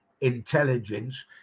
intelligence